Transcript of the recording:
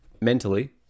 mentally